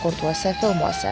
kurtuose filmuose